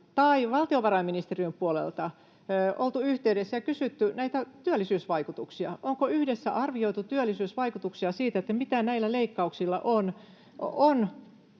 tai valtiovarainministeriön puolelta oltu yhteydessä ja kysytty näitä työllisyysvaikutuksia? Onko yhdessä arvioitu, mitä vaikutuksia näillä leikkauksilla on